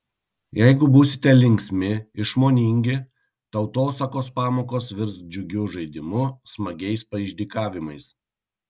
jeigu būsite linksmi išmoningi tautosakos pamokos virs džiugiu žaidimu smagiais paišdykavimais